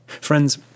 Friends